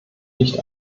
nicht